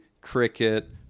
cricket